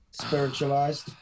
spiritualized